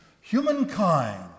humankind